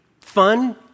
fun